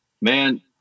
man